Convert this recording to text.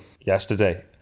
Yesterday